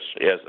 Yes